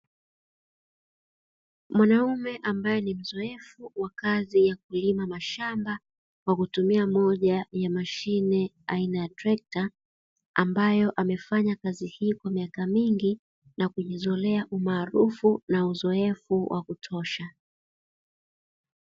Mwanaume ambaye ni mzoefu wa kazi ya kulima mashamba kwa kutumia moja ya mashine aina ya trekta, ambayo amefanya kazi hii kwa miaka mingi na kujizolea umaarufu na uzoefu wa kutosha.